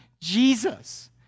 Jesus